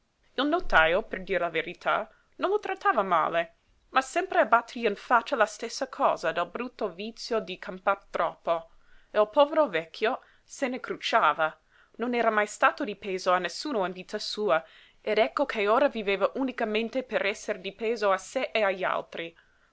il notajo per dir la verità non lo trattava male ma sempre a battergli in faccia la stessa cosa del brutto vizio di campar troppo e il povero vecchio se ne crucciava non era mai stato di peso a nessuno in vita sua ed ecco che ora viveva unicamente per esser di peso a sé e agli altri